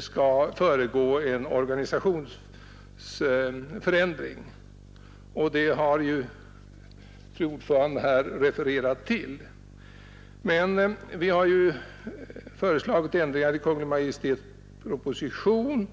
skall föregå en organisationsförändring, och det har fru ordföranden här refererat till. Men vi har föreslagit ändringar i Kungl. Maj:ts proposition.